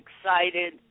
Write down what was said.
excited